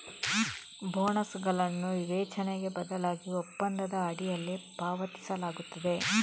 ಬೋನಸುಗಳನ್ನು ವಿವೇಚನೆಗೆ ಬದಲಾಗಿ ಒಪ್ಪಂದದ ಅಡಿಯಲ್ಲಿ ಪಾವತಿಸಲಾಗುತ್ತದೆ